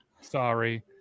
Sorry